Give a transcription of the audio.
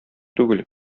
түгел